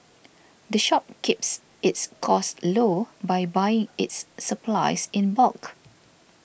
the shop keeps its costs low by buying its supplies in bulk